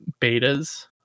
betas